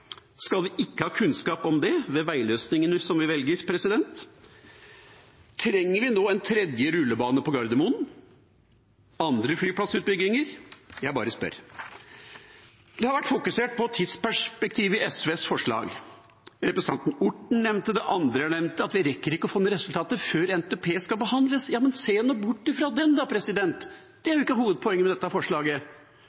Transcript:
Skal vi ikke ha kunnskap om det ved veiløsningene vi velger? Trenger vi nå en tredje rullebane på Gardermoen? Andre flyplassutbygginger? Jeg bare spør. Det har vært fokusert på tidsperspektivet i SVs forslag. Representanten Orten nevnte det, og andre har nevnt det, at vi ikke rekker å få resultater før NTP skal behandles. Se nå bort fra den da! Det er